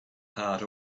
heart